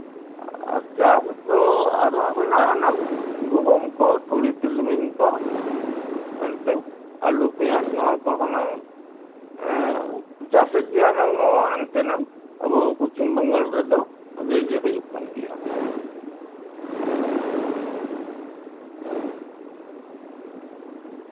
ᱟᱨ ᱪᱟᱥ ᱫᱚ ᱟᱨᱚ ᱦᱮᱱᱟᱜ ᱟᱱᱟᱝ ᱜᱩᱦᱩᱢ ᱠᱚ ᱛᱩᱲᱤ ᱛᱤᱞᱢᱤᱧ ᱠᱚ ᱮᱱᱛᱮᱫ ᱟᱹᱞᱩ ᱯᱮᱸᱭᱟᱡᱽ ᱱᱚᱣᱟ ᱠᱚᱦᱚᱱᱟᱝ ᱪᱟᱥᱮᱫ ᱜᱮᱭᱟ ᱱᱟᱝ ᱱᱚᱣᱟ ᱮᱱᱛᱮ ᱱᱟᱝ ᱟᱵᱚ ᱯᱚᱪᱪᱷᱤᱢ ᱵᱟᱝᱜᱟᱞ ᱨᱮᱫᱚ ᱵᱷᱟᱜᱮ ᱜᱮ ᱦᱩᱭᱩᱜ ᱠᱟᱱᱟ